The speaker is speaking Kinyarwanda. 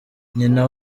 nyina